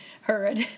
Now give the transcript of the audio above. heard